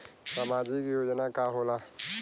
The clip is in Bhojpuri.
सामाजिक योजना का होला?